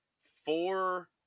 Four